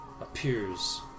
appears